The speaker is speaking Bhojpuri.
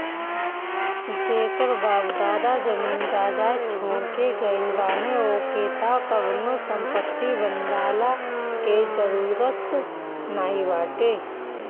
जेकर बाप दादा जमीन जायदाद छोड़ के गईल बाने ओके त कवनो संपत्ति बनवला के जरुरत नाइ बाटे